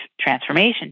transformation